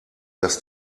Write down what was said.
dass